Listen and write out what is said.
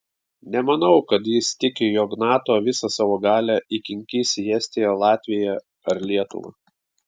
nemanau kad jis tiki jog nato visą savo galią įkinkys į estiją latviją ar lietuvą